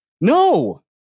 No